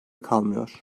kalmıyor